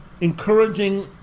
encouraging